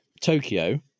Tokyo